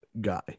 guy